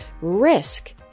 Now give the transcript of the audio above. Risk